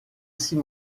six